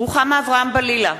רוחמה אברהם-בלילא,